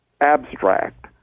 abstract